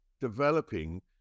developing